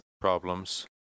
problems